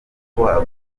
agomba